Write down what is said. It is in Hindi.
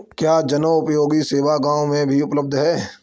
क्या जनोपयोगी सेवा गाँव में भी उपलब्ध है?